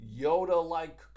Yoda-like